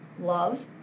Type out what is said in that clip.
love